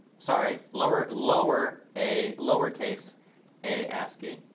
sorry, lower lower a, lowercase a ascii.